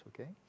Okay